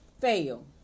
Fail